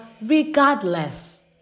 regardless